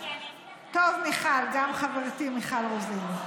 גם חברתי מיכל רוזין.